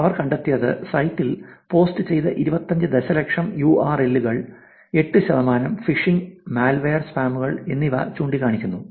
അവർ കണ്ടെത്തിയത് സൈറ്റിൽ പോസ്റ്റുചെയ്ത 25 ദശലക്ഷം യുആർഎല്ലു കളിൽ 8 ശതമാനം ഫിഷിംഗ് മാൽവെയർ സ്കാമുകൾ എന്നിവ ചൂണ്ടിക്കാണിക്കുന്നു